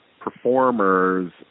performers